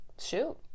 Shoot